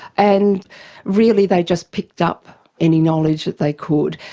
and really they just picked up any knowledge that they could,